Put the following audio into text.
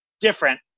different